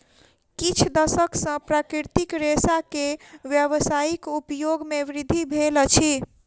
किछ दशक सॅ प्राकृतिक रेशा के व्यावसायिक उपयोग मे वृद्धि भेल अछि